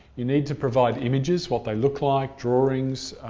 you need to provide images what they look like, drawings,